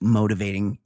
motivating